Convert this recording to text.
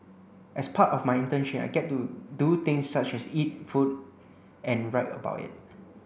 as part of my internship I get to do things such as eat food and write about it